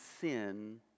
sin